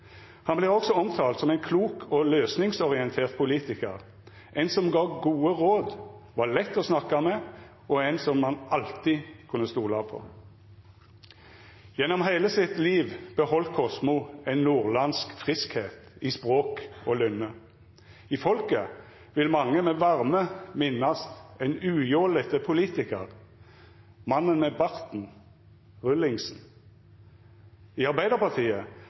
Han blir også omtalt som en klok og løsningsorientert politiker, en som ga gode råd, var lett å snakke med og en man alltid kunne stole på. Gjennom hele sitt liv beholdt Kosmo en nordlandsk friskhet i språk og lynne. I folket vil mange med varme minnes en ujålete politiker – mannen med barten, rullingsen. I Arbeiderpartiet